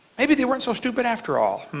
maybe they weren't so stupid after all.